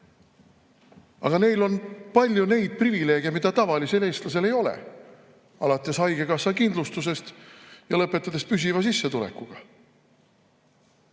Aga neil on palju privileege, mida tavalisel eestlasel ei ole, alates haigekassa kindlustusest ja lõpetades püsiva sissetulekuga.